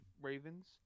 Ravens